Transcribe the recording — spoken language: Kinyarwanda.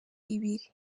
ibiri